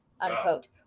unquote